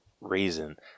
reason